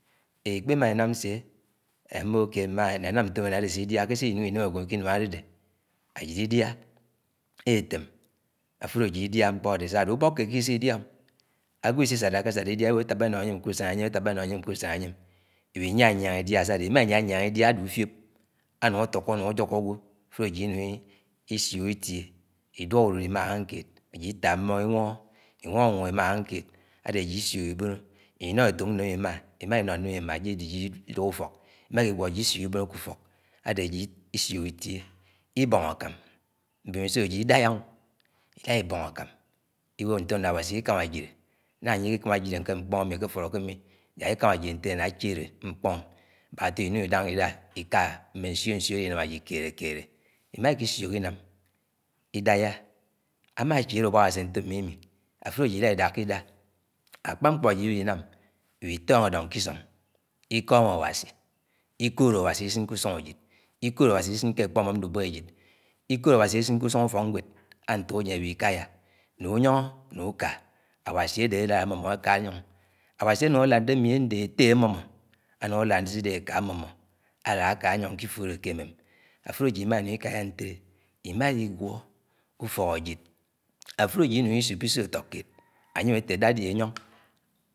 Ikpémán inám see, ámi mmo ok mma náinúm ntóom nadé se-idia ké si ánúng inem ágwo ké inua adede ájid idia etem áfulo ájid idia mkpọ ádé sáa ádé ubok keed kisi-kisi ágwo-isisádéké-sádá idia ewo etábá éwo anyem ká úsam anyem etábá ewo anyem ka-úsan añyem iwi-nyíañga idia. Sáade ima inyǐanyǐañga idia ade úfiop anúng átúko anung ájóku agwo, afulo ajid inúng isiok itie iduok úlúd imáa akánv keed ajid ìtááb mmóng ìnwóngo, inwóngo ñwong imáa ákág keed ádé ájid ìsiok ìbóná iño etak mémé imaa, imá ino nneme ima ajid idúk úfọk. Ima ikigúo ájid isiok ibónó kú-úfọk adé ajid isiok itie ìbong ákãm, mbemiso ájid idáiyá ila ibong ákam ìwóntóom aná Awasi ìkámá jilé ñañga anye ákikáma jile ke mkpóng emi ákéfúlodémi yak ìkámá jile ntélé jak áchide mkpong mánáfódé ianãng idáñgaida ika mme ñsionsio éanám ájid kélé kélé imakésiok inám ìdaiyá ama achiele ubakusen ñfóomími àfúló àjid éláidákúdá ikood Awai isin ke úsáng àjid ikóod Awasi isin ke akpómó nubéhe àjid, ikóòd Awasi ìsin ke úsúng ùfoáñwed ntoyen éwǐ-ikaya, mù-ùnyongo mu-àka Áwási àde àlad amo akanyong. Awasj anunv àlãd demu ndéhe etté ámómo énung ánside eka ámo áháyong ké ifúe ñe ké émem. Afule ajid imáinúng ikaya ntélé imàiligúo kú úfọk ajid àfhlé ajid inúñgo isóbó iso àtọ keed.